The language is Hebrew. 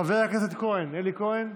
חבר הכנסת אלי כהן,